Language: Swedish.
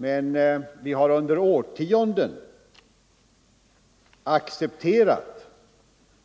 Men vi har under årtionden accepterat